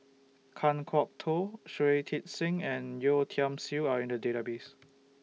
Kan Kwok Toh Shui Tit Sing and Yeo Tiam Siew Are in The Database